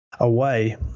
away